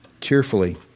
cheerfully